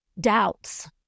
doubts